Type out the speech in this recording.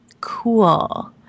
cool